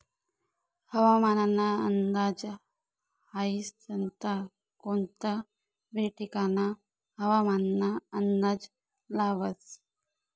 हवामानना अंदाज हाई संस्था कोनता बी ठिकानना हवामानना अंदाज लावस